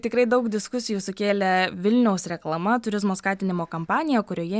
tikrai daug diskusijų sukėlė vilniaus reklama turizmo skatinimo kampanija kurioje